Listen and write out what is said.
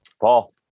paul